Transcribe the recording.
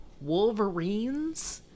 wolverines